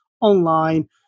online